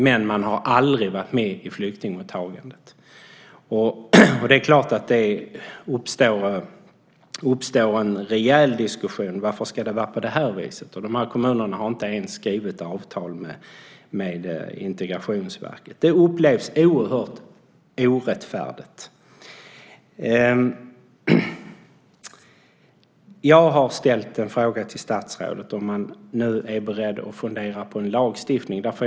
Men de har aldrig varit med i flyktingmottagandet. Det är klart att det uppstår en rejäl diskussion. Varför ska det vara så? Kommunerna har inte ens skrivit avtal med Integrationsverket. Det upplevs som oerhört orättfärdigt. Jag har ställt en fråga till statsrådet om han nu är beredd att fundera på en lagstiftning.